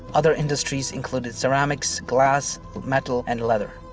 other industries included ceramics, glass, metal and leather.